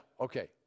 okay